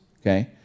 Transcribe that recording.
okay